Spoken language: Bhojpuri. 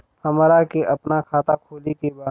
हमरा के अपना खाता खोले के बा?